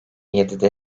yedide